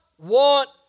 want